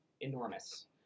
enormous